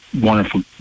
wonderful